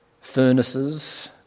furnaces